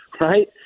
Right